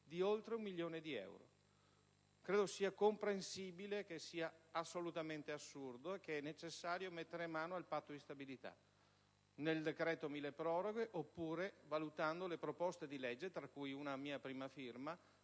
di oltre un milione di euro. Credo sia comprensibile che questo è assolutamente assurdo e che è necessario mettere mano al Patto di stabilità interno, nel decreto milleproroghe oppure valutando le proposte di legge presentate